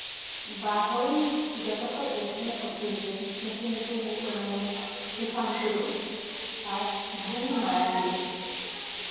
ᱵᱟᱨ ᱦᱚᱲᱤᱧ ᱡᱚᱛᱚ ᱠᱷᱚᱡ ᱡᱟᱹᱥᱛᱤᱧ ᱠᱩᱥᱤᱭᱟᱠᱤᱱ ᱩᱱᱠᱤᱱ ᱫᱚᱠᱤᱱ ᱦᱩᱭᱩᱜ ᱠᱟᱱᱟ ᱢᱤᱫ ᱥᱴᱤᱯᱷᱟᱱ ᱴᱩᱰᱩ ᱟᱨ ᱫᱷᱟᱹᱱᱤ ᱢᱟᱨᱟᱱᱰᱤ